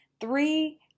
three